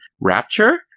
Rapture